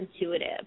intuitive